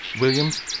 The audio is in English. Williams